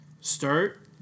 Start